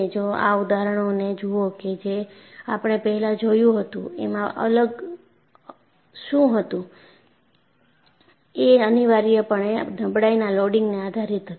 જો આ ઉદાહરણોને જુઓ કે જે આપણે પહેલા જોયું હતું એમાં અગલ શું હતું એ અનિવાર્યપણે નબળાઈના લોડિંગને આધારિત હતું